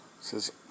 says